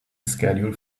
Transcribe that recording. schedule